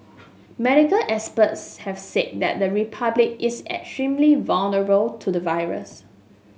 medical experts have said that the Republic is extremely vulnerable to the virus